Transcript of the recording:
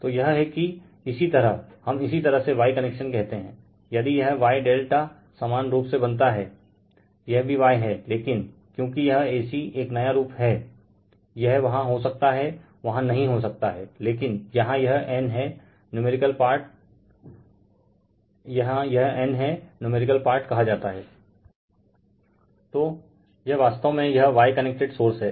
तो यह हैं कि इसी तरह हम इसी तरह से Y कनेक्शन कहते हैं यदि यह Y∆ समान रूप से बनता हैं रिफर टाइम 0819 यह भी Y हैं लेकिन क्योकि यह ac एक नया रूप हैं रिफर टाइम 0824 यह वहाँ हो सकता हैं वहाँ नही हो सकता हैं लेकिन यहाँ यह n हैं जिसे नुमेरिकल पार्ट कहा जाता हैंरिफर टाइम 0828 Refer Slide Time 0834 तो यह वास्तव में यह Y कनेक्टेड सोर्स है